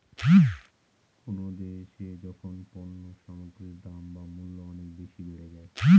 কোনো দেশে যখন পণ্য সামগ্রীর দাম বা মূল্য অনেক বেশি বেড়ে যায়